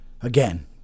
Again